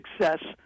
success